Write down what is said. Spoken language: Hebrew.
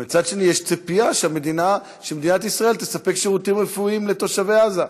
אבל מצד שני יש ציפייה שמדינת ישראל תספק שירותים רפואיים לתושבי עזה.